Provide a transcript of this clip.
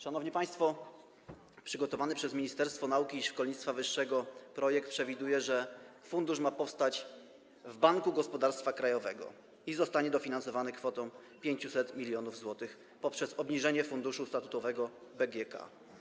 Szanowni państwo, przygotowany przez Ministerstwo Nauki i Szkolnictwa Wyższego projekt przewiduje, że fundusz ma powstać w Banku Gospodarstwa Krajowego i zostanie dofinansowany kwotą 500 mln zł poprzez obniżenie funduszu statutowego BGK.